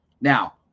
Now